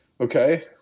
Okay